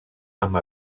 amb